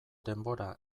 denbora